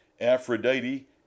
Aphrodite